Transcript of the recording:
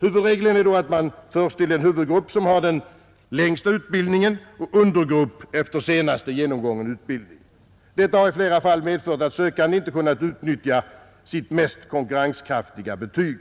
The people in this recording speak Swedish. Huvudregeln är då att man förs till huvudgrupp efter den längsta utbildningen och till undergrupp efter senast genomgången utbildning. Detta har i flera fall medfört att en sökande inte kunnat utnyttja sitt mest konkurrenskraftiga betyg.